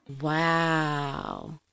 Wow